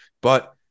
But-